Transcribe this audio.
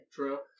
True